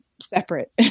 separate